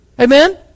Amen